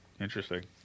Interesting